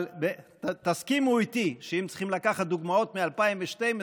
אבל תסכימו איתי שאם צריכים לקחת דוגמאות מ-2012,